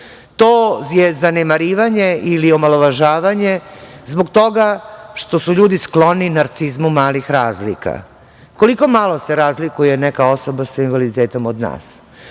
To je zanemarivanje ili omalovažavanje zbog toga što su ljudi skloni narcizmu malih razlika. Koliko malo se razlikuje neka osoba sa invaliditetom od nas?